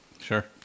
Sure